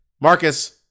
Marcus